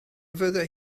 fyddai